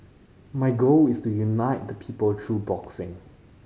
my goal is to unite the people through boxing